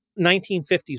1950s